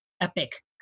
epic